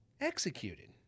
executed